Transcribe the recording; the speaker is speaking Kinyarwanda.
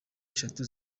eshatu